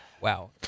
Wow